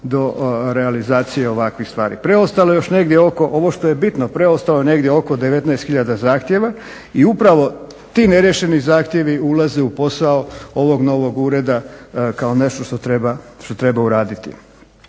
do realizacije ovakvih stvari. Preostalo je još negdje oko ovo što je bitno, preostalo je negdje oko 19 hiljada zahtjeva i upravo ti neriješeni zahtjevi ulaze u posao ovog novog ureda kao nešto što treba uraditi.